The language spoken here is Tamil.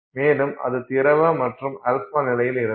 மேலும் அது திரவ மற்றும் α நிலையில் இருக்கும்